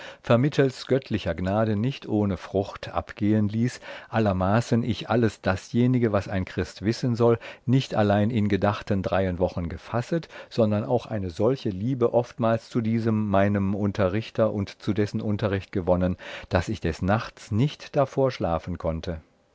vermittels göttlicher gnade nicht ohne frucht abgehen ließ allermaßen ich alles dasjenige was ein christ wissen soll nicht allein in gedachten dreien wochen gefasset sondern auch eine solche liebe oftmals zu diesem meinem unterrichter und zu dessen unterricht gewonnen daß ich des nachts nicht davor schlafen konnte